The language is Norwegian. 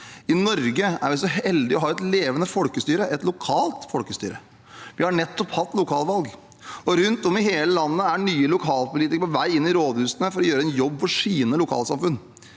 I Norge er vi så heldige å ha et levende folkestyre – et lokalt folkestyre. Vi har nettopp hatt lokalvalg, og rundt om i hele landet er nye lokalpolitikere på vei inn i rådhusene for å gjøre en jobb for sine lokalsamfunn.